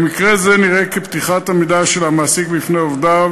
במקרה זה נראה כי פתיחת המידע של המעסיק בפני עובדיו